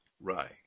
Right